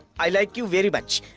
i like you very much.